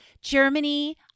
Germany